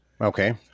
Okay